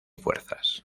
fuerzas